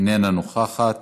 איננה נוכחת,